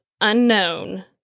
unknown